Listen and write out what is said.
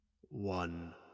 one